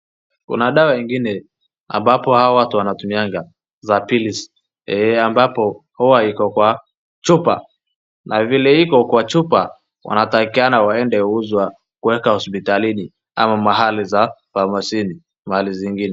Kuna dawa ingine ambapo hawa watu wanatumianga za pills ambapo huwa iko kwa chupa. Na vile iko kwa chupa wanatakikana waende uzwa kuweka hoapitalini ama mahali za mashini mahali zingine.